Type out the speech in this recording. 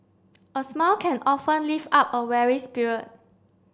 a smile can often lift up a weary spirit